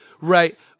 right